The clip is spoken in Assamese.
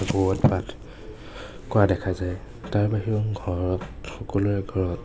ভাগৱত পাঠ কৰা দেখা যায় তাৰ বাহিৰেও ঘৰত সকলোৱে ঘৰত